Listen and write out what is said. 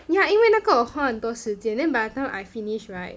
yeah 因为那个我花很多时间 then by the time I finish right